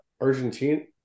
Argentine